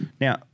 Now